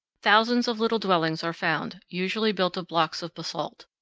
thousands of little dwellings are found, usually built of blocks of basalt.